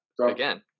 again